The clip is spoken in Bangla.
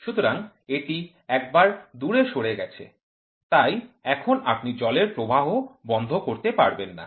সুতরাং এটি একবার দূরে সরে গেছে তাই এখন আপনি জলের প্রবাহ বন্ধ করতে পারবেন না